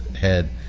head